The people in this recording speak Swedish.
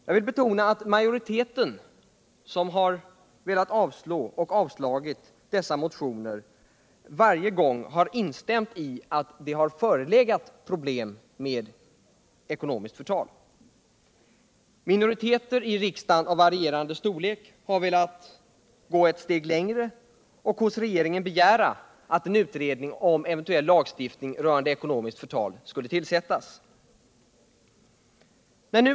Jag vill betona att majoriteten som har velat avslå och avslagit dessa motioner varje gång har instämt i att det föreligger problem med ekonomiskt förtal. Minoriteter i riksdagen av varierande storlek har velat gå ett steg längre och hos regeringen begära att en utredning om eventuell lagstiftning rörande ekonomiskt förtal skulle tillsättas.